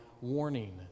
warning